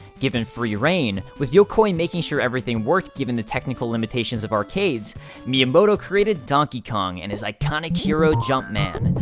given free-reign, with yokoi making sure everything worked given the technical limitations of arcades miyamoto created donkey kong, and his iconic hero jump man.